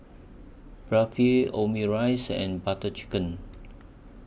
Omurice and Butter Chicken